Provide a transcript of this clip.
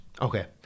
Okay